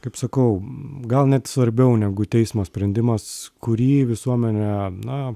kaip sakau gal net svarbiau negu teismo sprendimas kurį visuomenė na